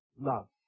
love